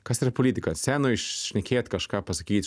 kas yra politika scenoj šnekėt kažką pasakyt